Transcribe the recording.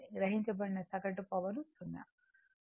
గ్రహించబడిన సగటు పవర్ 0